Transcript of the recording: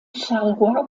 charleroi